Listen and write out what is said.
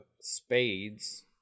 spades